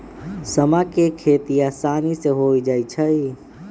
समा के खेती असानी से हो जाइ छइ